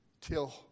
till